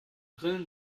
grillen